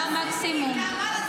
מה המקסימום?